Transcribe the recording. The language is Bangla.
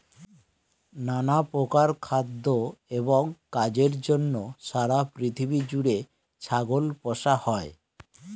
নানা প্রকার খাদ্য এবং কাজের জন্য সারা পৃথিবী জুড়ে ছাগল পোষা হয়